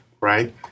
right